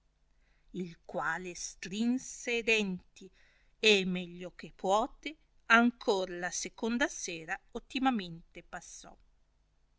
il quale strinse e denti e meglio che puote ancor la seconda sera ottimamente passò